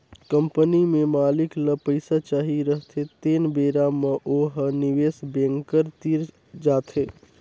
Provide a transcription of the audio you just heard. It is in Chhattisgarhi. कंपनी में मालिक ल पइसा चाही रहथें तेन बेरा म ओ ह निवेस बेंकर तीर जाथे